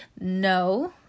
no